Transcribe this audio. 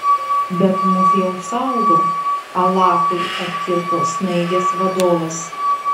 bet mus jau saugo alachui atkirto snaigės vadovas